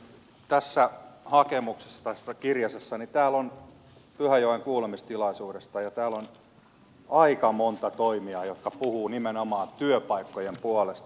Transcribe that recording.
tässä hakemuksessa tai tässä kirjasessa on pyhäjoen kuulemistilaisuudesta ja täällä on aika monta toimijaa jotka puhuvat nimenomaan työpaikkojen puolesta